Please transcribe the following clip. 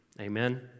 Amen